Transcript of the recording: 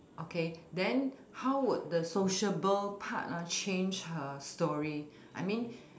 okay then how would the sociable part ah change her story I mean